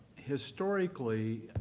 historically,